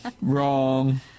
Wrong